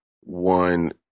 one